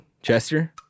Chester